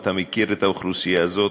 אתה מכיר את האוכלוסייה הזאת,